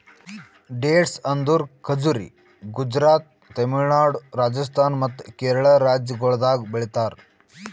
dates ಅಂದುರ್ ಖಜುರಿ ಗುಜರಾತ್, ತಮಿಳುನಾಡು, ರಾಜಸ್ಥಾನ್ ಮತ್ತ ಕೇರಳ ರಾಜ್ಯಗೊಳ್ದಾಗ್ ಬೆಳಿತಾರ್